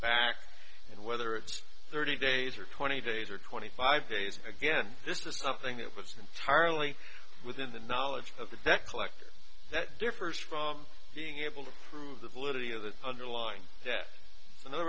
back and whether it's thirty days or twenty days or twenty five days again this is something that was entirely within the knowledge of the debt collector that differs from being able to prove the validity of the underlying in other